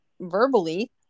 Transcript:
verbally